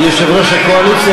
יושב-ראש הקואליציה,